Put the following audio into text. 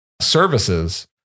services